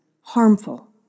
harmful